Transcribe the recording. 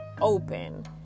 open